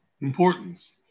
importance